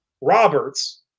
Roberts